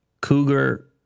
cougar